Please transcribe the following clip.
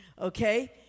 okay